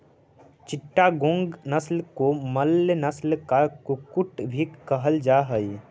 चिटागोंग नस्ल को मलय नस्ल का कुक्कुट भी कहल जा हाई